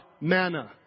Manna